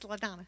Ladonna